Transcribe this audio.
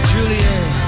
Juliet